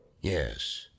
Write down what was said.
Yes